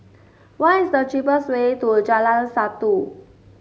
what is the cheapest way to Jalan Satu